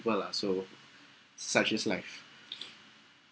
lah so such as life